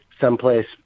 someplace